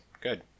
good